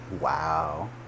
wow